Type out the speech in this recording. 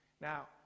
Now